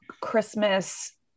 Christmas